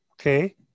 Okay